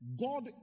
God